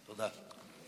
תודה.